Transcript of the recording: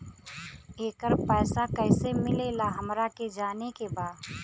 येकर पैसा कैसे मिलेला हमरा के जाने के बा?